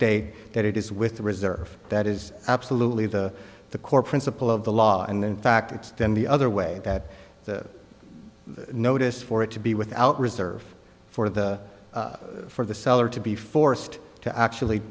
state that it is with the reserve that is absolutely the the core principle of the law and in fact it's done the other way that the notice for it to be without reserve for the for the seller to be forced to actually